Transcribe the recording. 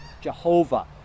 Jehovah